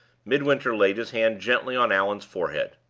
midwinter laid his hand gently on allan's forehead.